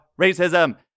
racism